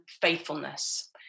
faithfulness